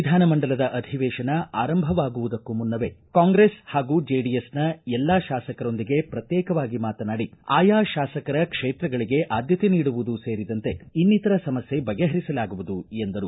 ವಿಧಾನಮಂಡಲದ ಅಧಿವೇಶನ ಅರಂಭವಾಗುವುದಕ್ಕೂ ಮುನ್ನವೇ ಕಾಂಗ್ರೆಸ್ ಹಾಗೂ ಜೆಡಿಎಸ್ನ ಎಲ್ಲಾ ಶಾಸಕರೊಂದಿಗೆ ಪ್ರತ್ಯೇಕವಾಗಿ ಮಾತನಾಡಿ ಆಯಾ ಶಾಸಕರ ಕ್ಷೇತ್ರಗಳಿಗೆ ಆದ್ಯತೆ ನೀಡುವುದು ಸೇರಿದಂತೆ ಇನ್ನಿತರ ಸಮಸ್ಯೆ ಬಗೆಹರಿಸಲಾಗುವುದು ಎಂದರು